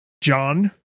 John